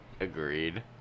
Agreed